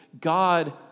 God